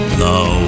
now